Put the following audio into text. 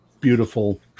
Beautiful